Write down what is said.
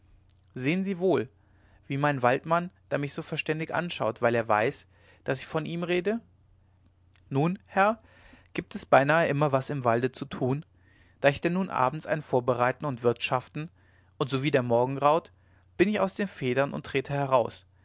sehen sie wohl wie mein waldmann da mich so verständig anschaut weil er weiß daß ich von ihm rede nun herr gibt es beinahe immer was im walde zu tun da ist denn nun abends ein vorbereiten und wirtschaften und sowie der morgen graut bin ich aus den federn und trete heraus